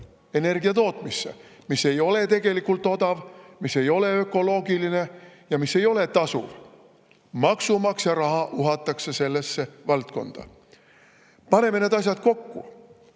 energiatootmisse, mis ei ole tegelikult odav, mis ei ole ökoloogiline ja mis ei ole tasuv. Maksumaksja raha uhatakse sellesse valdkonda. Paneme need asjad kokku: